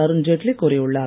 அருண்ஜெட்லி கூறியுள்ளார்